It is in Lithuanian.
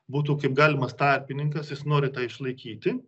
būtų kaip galimas tarpininkas jis nori tą išlaikyti